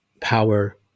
power